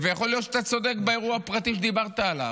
יכול להיות שאתה צודק באירוע הפרטי שדיברת עליו,